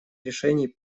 решений